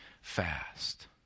fast